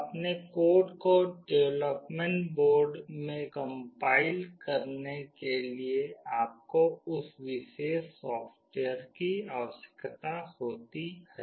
अपने कोड को development board में कम्पाइल करने के लिए आपको उस विशेष सॉफ़्टवेयर की आवश्यकता होती है